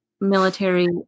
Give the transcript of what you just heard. military